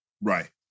Right